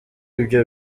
ibyo